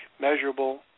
measurable